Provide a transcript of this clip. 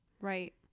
Right